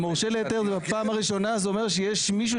המורשה להיתר בפעם הראשונה זה אומר שיש מישהו